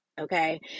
okay